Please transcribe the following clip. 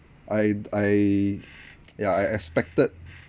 I I ya I expected